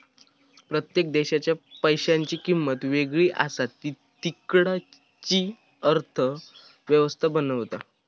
प्रत्येक देशाच्या पैशांची किंमत वेगळी असा ती तिकडची अर्थ व्यवस्था बनवता